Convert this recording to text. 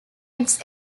its